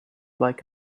like